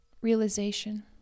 realization